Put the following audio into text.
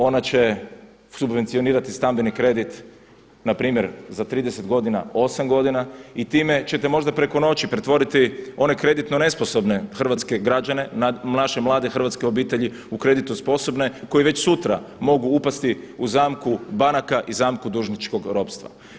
Ona će subvencionirati stambeni kredit npr. za 30 godina 8 godina, i time ćete možda preko noći pretvoriti one kreditno nesposobne hrvatske građane nad naše mlade hrvatske obitelji u kreditno sposobne koji već sutra mogu upasti u zamku banaka i zamku dužničkog ropstva.